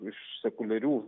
iš sekuliarių